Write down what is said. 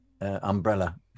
umbrella